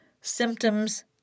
symptoms